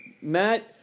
Matt